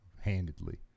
Handedly